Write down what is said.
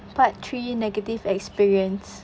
part three negative experience